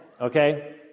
okay